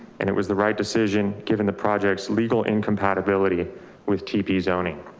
and it was the right decision. given the project's legal in compatibility with tpa zoning.